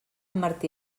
martí